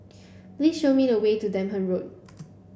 please show me the way to Durham Road